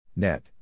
Net